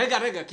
לא